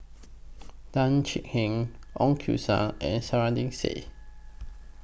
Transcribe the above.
Tan Thuan Heng Ong and Said